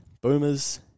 boomers